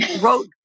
wrote